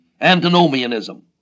antinomianism